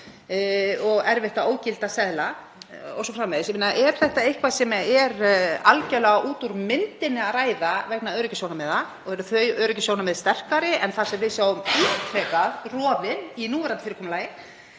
og erfitt að ógilda seðla o.s.frv. Er þetta eitthvað sem er algjörlega út úr myndinni að ræða vegna öryggissjónarmiða og eru þau öryggissjónarmið sterkari en þau sem við sjáum ítrekað rofin í núverandi fyrirkomulagi?